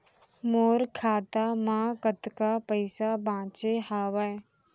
मोर खाता मा कतका पइसा बांचे हवय?